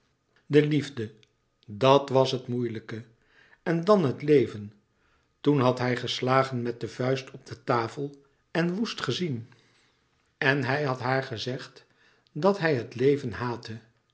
de liefde dat was het moeilijke en dan het leven toen had hij geslagen met de vuist op de tafel en woest gezien en louis couperus metamorfoze hij had haar gezegd dat hij het leven haatte